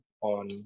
on